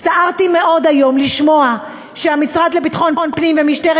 הצטערתי מאוד לשמוע היום שהמשרד לביטחון פנים ומשטרת